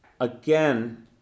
again